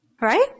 right